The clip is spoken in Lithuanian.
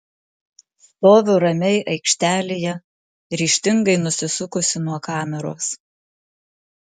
stoviu ramiai aikštelėje ryžtingai nusisukusi nuo kameros